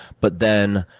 but then,